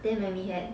then when we had